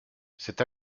cette